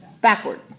backward